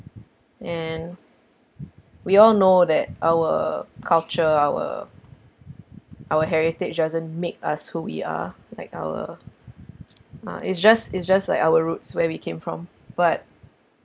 and we all know that our culture our our heritage doesn't make us who we are like our ah it's just it's just like our roots where we came from but